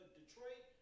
Detroit